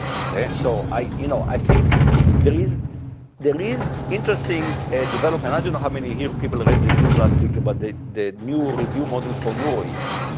so i you know i think there is there is interesting development. i don't know how many here people read the news last week about the the new review model for neurips.